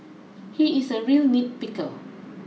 he is a real nitpicker